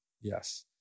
yes